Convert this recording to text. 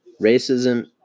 racism